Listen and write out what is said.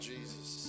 Jesus